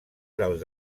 dels